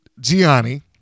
Gianni